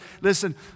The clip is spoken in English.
Listen